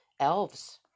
Elves